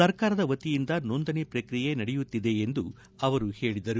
ಸರ್ಕಾರದ ವತಿಯಿಂದ ನೋಂದಣಿ ಪ್ರಕ್ರಿಯೆ ನಡೆಯುತ್ತಿದೆ ಎಂದು ಅವರು ಹೇಳಿದರು